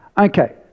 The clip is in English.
Okay